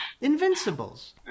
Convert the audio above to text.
Invincibles